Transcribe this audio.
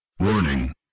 Warning